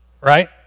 right